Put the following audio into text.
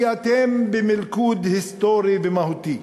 כי אתם במלכוד היסטורי ומהותי.